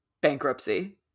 bankruptcy